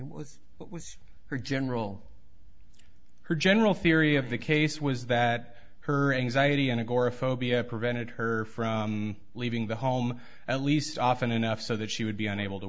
zion was her general her general theory of the case was that her anxiety and agoraphobia prevented her from leaving the home at least often enough so that she would be unable to